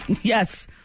yes